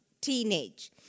teenage